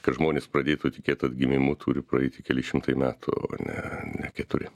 kad žmonės pradėtų tikėt atgimimu turi praeiti keli šimtai metų o ne ne keturi